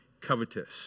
covetous